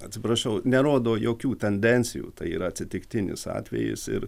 atsiprašau nerodo jokių tendencijų tai yra atsitiktinis atvejis ir